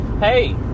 Hey